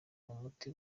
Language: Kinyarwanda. umuti